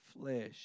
flesh